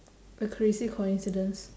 a crazy coincidence